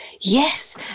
Yes